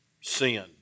Sin